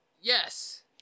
yes